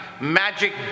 magic